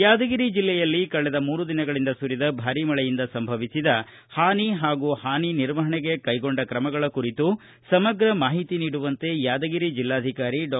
ಯಾದಗಿರಿ ಜಿಲ್ಲೆಯಲ್ಲಿ ಕಳೆದ ಮೂರು ದಿನಗಳಿಂದ ಸುರಿದ ಭಾರಿ ಮಳೆಯಿಂದ ಸಂಭವಿಸಿದ ಹಾನಿ ಹಾಗೂ ಹಾನಿ ನಿರ್ವಹಣೆಗೆ ಕೈಗೊಂಡ ಕ್ರಮಗಳ ಕುರಿತು ಸಮಗ್ರ ಮಾಹಿತಿ ನೀಡುವಂತೆ ಯಾದಗಿರಿ ಜಿಲ್ಲಾಧಿಕಾರಿ ಡಾ